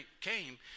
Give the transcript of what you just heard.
came